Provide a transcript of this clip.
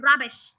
rubbish